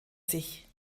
sich